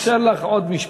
אני אאפשר לך עוד משפט.